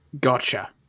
Gotcha